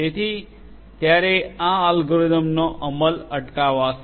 તેથી ત્યારે આ અલ્ગોરિધમનો અમલ અટકાવશે